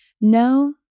No